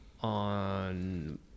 On